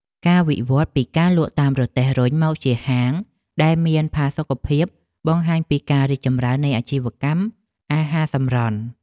ការវិវត្តពីការលក់តាមរទេះរុញមកជាហាងដែលមានផាសុកភាពបង្ហាញពីការរីកចម្រើននៃអាជីវកម្មអាហារសម្រន់។